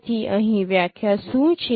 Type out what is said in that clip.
તેથી અહીં વ્યાખ્યા શું છે